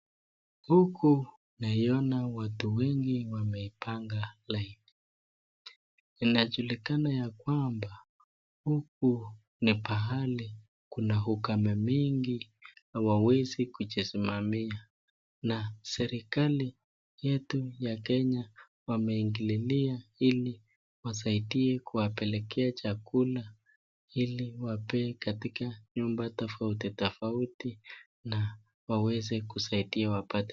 Huku naiona watu wengi wameipanga laini. Inajulikana ya kwamba huku ni pahali kuna ukame mingi hawawezi kujisimamia na serikali yetu ya Kenya wameingililia ili wasaidie wapelekee chakula ili wapee katika nyumba tofauti tofauti na waweze kusaidia wapate.